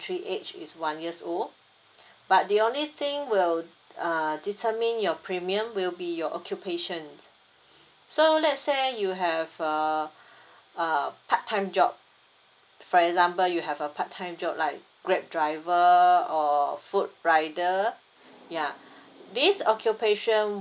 entry age is one years old but the only thing will uh determine your premium will be your occupation so let's say you have a uh part time job for example you have a part time job like grab driver or food rider ya this occupation